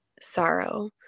sorrow